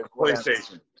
PlayStation